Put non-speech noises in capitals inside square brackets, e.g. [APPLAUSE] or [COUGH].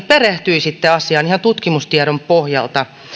[UNINTELLIGIBLE] perehtyisitte asiaan ihan tutkimustiedon pohjalta